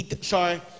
Sorry